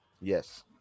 Yes